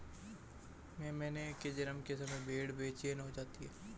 मेमने के जन्म के समय भेड़ें बेचैन हो जाती हैं